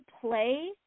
play